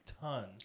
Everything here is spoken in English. Tons